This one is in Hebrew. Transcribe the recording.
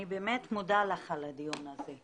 אני באמת מודה לך על הדיון הזה,